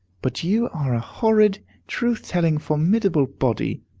but you are a horrid, truth-telling, formidable body.